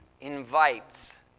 invites